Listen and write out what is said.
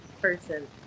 person